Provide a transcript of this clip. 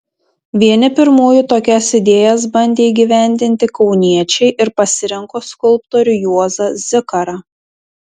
vieni pirmųjų tokias idėjas bandė įgyvendinti kauniečiai ir pasirinko skulptorių juozą zikarą